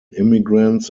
immigrants